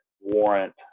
warrant